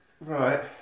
Right